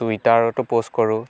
টুইটাৰতো post কৰোঁ